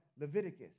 Leviticus